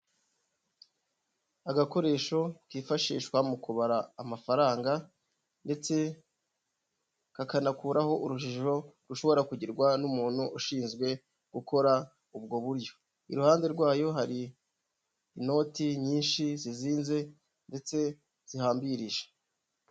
Agakoresho kifashishwa mu kubara amafaranga ndetse kakanakuraho urujijo rushobora kugirwa n'umuntu ushinzwe gukora ubwo buryo, iruhande rwayo hari inoti nyinshi zizinze ndetse zihambirije.